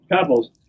couples